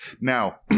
now